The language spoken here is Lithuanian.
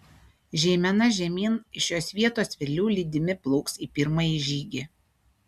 žeimena žemyn iš šios vietos vedlių lydimi plauks į pirmąjį žygį